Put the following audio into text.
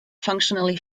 functionally